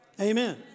Amen